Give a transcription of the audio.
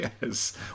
yes